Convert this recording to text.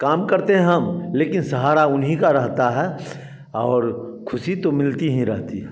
काम करते हैं हम लेकिन सहारा उन्हीं का रहता है और खुशी तो मिलती ही रहती है